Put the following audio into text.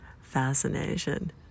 fascination